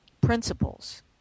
principles